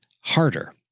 harder